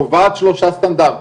קובעת שלושה סטנדרטים,